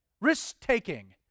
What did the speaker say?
Risk-taking